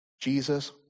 Jesus